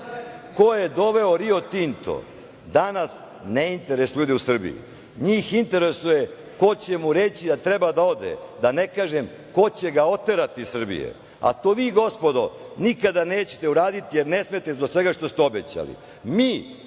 ko je doveo "Rio Tinto" danas ne interesuje ljude u Srbiji. Njih interesuje ko će mu reći da treba da ode, da ne kažem ko će ga oterati iz Srbije, a to vi, gospodo, nikada nećete uraditi jer ne smete, zbog svega što ste obećali. Mi